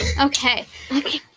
Okay